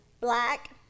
Black